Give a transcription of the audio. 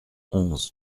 onze